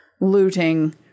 looting